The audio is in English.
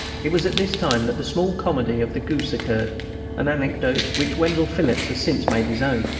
it was at this time that the small comedy of the goose occurred an anecdote which wendell phillips has since made his own.